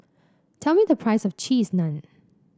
tell me the price of Cheese Naan